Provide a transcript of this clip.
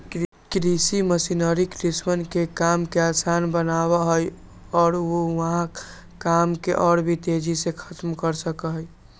कृषि मशीनरी किसनवन के काम के आसान बनावा हई और ऊ वहां काम के और भी तेजी से खत्म कर सका हई